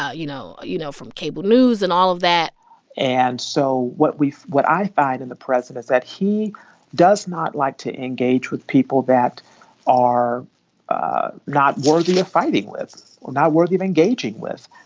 ah you know you know, from cable news and all of that and so what we what i find in the president is that he does not like to engage with people that are ah not worthy of fighting with or not worthy of engaging with.